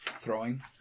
Throwing